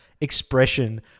expression